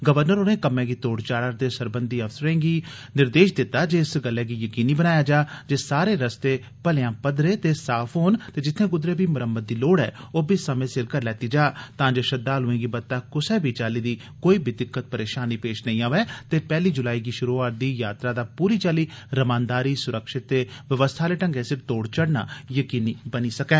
governor होरें कम्मै गी तोड़ चाढ़ा रदे सरबंधत अफसरें गी निर्देश दिता जे इस गल्लै गी यकीनी बनाया जा जे सारे रस्ते भलेयां पदर्रे ते साफ होन ते जित्थे क्दरै बी मरम्मत दी लोड़ ऐ ओब्बी समे सिर करी लैती जा तां जे श्रद्दाल्एं गी बत्ता क्सै बी चाली दी कोई दिक्कत परेशानी पेश नेई आवै ते पैहली जुलाई गी शुरु होआरदी यात्रा दा पूरी चाली रमानदारी सुरक्षित ते व्यवस्था आले ढंगै सिर तोड़ चढ़ना यकीनी बनी सकै